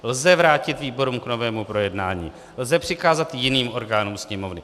Lze vrátit výborům k novému projednání, lze přikázat jiným orgánům Sněmovny.